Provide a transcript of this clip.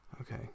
okay